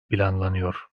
planlanıyor